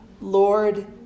Lord